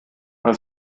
man